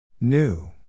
New